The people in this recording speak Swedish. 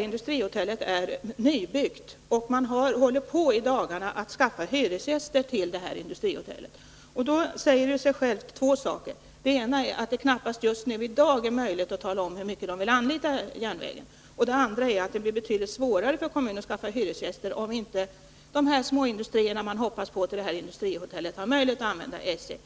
Industrihotellet är ju nybyggt, och man har i dagarna hållit på med att skaffa hyresgäster till hotellet. Därmed är två saker självklara. Det ena är att det knappast är möjligt att just i dag säga hur mycket man vill anlita järnvägen. Det andra är att det blir betydligt svårare för kommunen att skaffa hyresgäster om inte de småindustrier man hoppas få till industrihotellet har möjlighet att använda SJ.